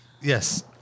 Yes